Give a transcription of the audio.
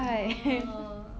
orh